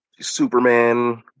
Superman